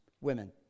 women